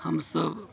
हमसब